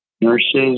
nurses